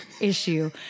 issue